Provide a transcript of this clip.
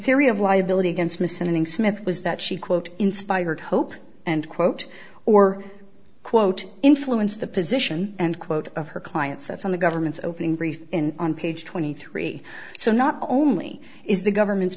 theory of liability against missing smith was that she quote inspired hope and quote or quote influence the position and quote of her clients that's on the government's opening brief and on page twenty three so not only is the government's